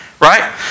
Right